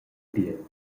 bien